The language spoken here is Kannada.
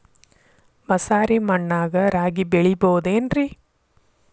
ಮಸಾರಿ ಮಣ್ಣಾಗ ರಾಗಿ ಬೆಳಿಬೊದೇನ್ರೇ?